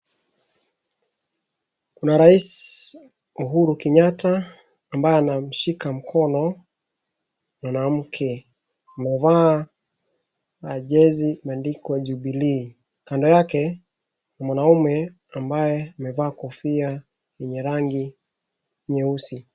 Kuna rais Uhuru Kenyatta ambaye anamshika mkono mwanamke. Amevaa majezi imeandikwa Jubilee. Kando yake ni mwanaume ambaye amevaa kofia yenye rangi nyeusi.